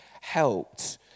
helped